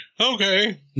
Okay